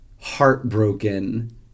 heartbroken